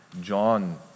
John